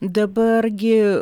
dabar gi